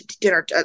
dinner